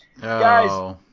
guys